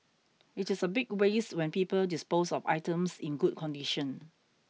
it is a big waste when people dispose of items in good condition